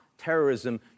terrorism